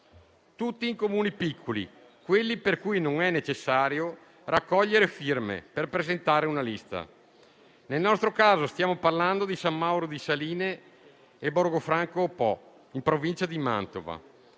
tutti Comuni piccoli, in cui non è necessario raccogliere firme per presentare una lista. Nel nostro caso stiamo parlando di San Mauro di Saline e Borgofranco sul Po, in provincia di Mantova.